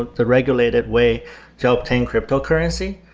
ah the regulated way to obtain cryptocurrency,